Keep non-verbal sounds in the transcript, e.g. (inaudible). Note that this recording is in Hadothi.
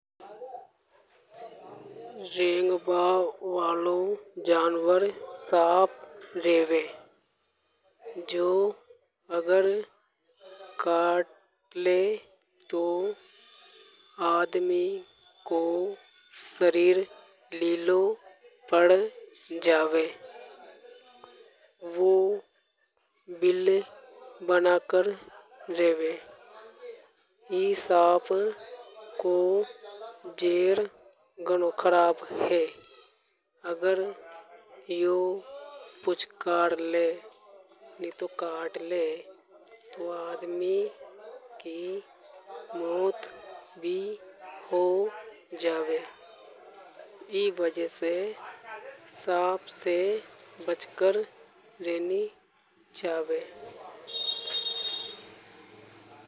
रेंगबा वालो जानवर सांप रेवे। जो अगर काट ले तो आदमी को शरीर लीलो पड़ जावे। वो बिल बनाकर रेवे। ई सांप को जहर घनो खराब रे। अगर तो पुचकार ले या काट ले तो आदमी की मौत भी हो जावे। ई वजह से सांप से बचकर रेनी चावें। (noise)